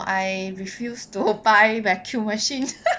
I refused to buy vacuum machines